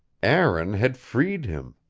aaron had freed him.